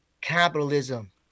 capitalism